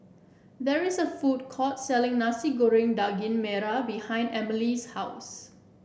there is a food court selling Nasi Goreng Daging Merah behind Emilie's house